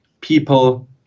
people